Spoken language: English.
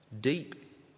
Deep